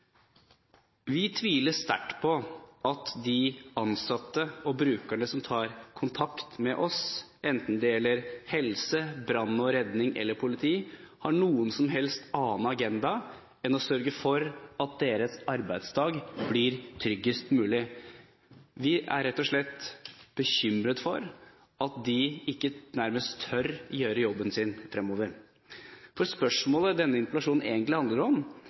Vi tviler sterkt på at de ansatte og brukerne som tar kontakt med oss, enten det gjelder dem i helsevesenet, brann- og redningsetaten eller i politiet, har noen som helst annen agenda enn å sørge for at deres arbeidsdag blir tryggest mulig. De er rett og slett bekymret for at de nærmest ikke vil tørre å gjøre jobben sin fremover. Det spørsmålet denne interpellasjonen egentlig handler om,